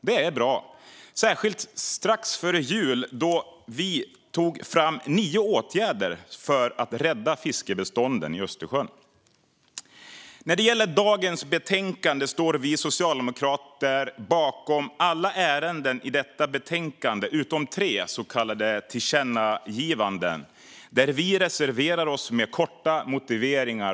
Det är bra, särskilt då vi strax för jul tog fram nio åtgärder för att rädda fiskbestånden i Östersjön. När det gäller dagens betänkande står vi socialdemokrater bakom utskottets alla förslag i detta betänkande utom förslagen om de så kallade tillkännagivandena, där vi reserverar oss med korta motiveringar.